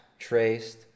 traced